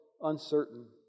uncertain